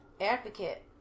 Advocate